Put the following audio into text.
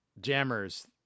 jammers